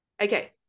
Okay